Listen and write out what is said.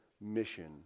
mission